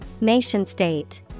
Nation-state